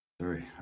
sorry